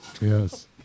Yes